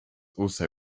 also